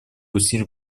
усилий